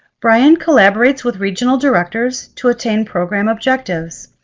brian collaborates with regional directors to attain program objectives.